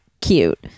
cute